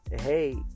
hey